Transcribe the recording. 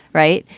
right.